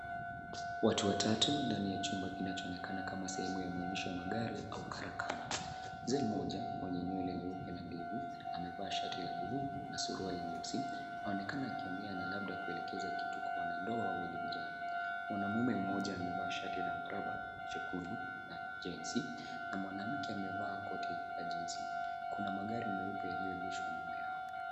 Watu watatu ndani ya chumba kinachoonekana kama sehemu ya maonyesho ya magari au karakana. Mzee mmoja mwenye nywele nyeupe na ndevu, amevaa shati la bluu na suruali nyeusi, aonekana akiongea na labda kuelekeza kitu kwa wanandoa wawili vijana. Mwanamume mmoja amevaa shati la mraba jekundu na jeansi na mwanamke amevaa koti la jeansi . Kuna magari meupe yaliyoegeshwa nyuma yao.